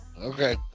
Okay